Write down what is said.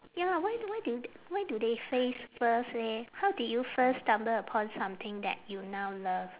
ya why d~ why d~ why do they phrase first leh how did you first stumble upon something that you now love